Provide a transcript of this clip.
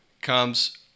comes